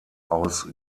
aus